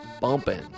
bumping